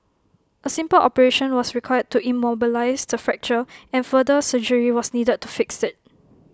A simple operation was required to immobilise the fracture and further surgery was needed to fix IT